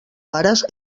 pares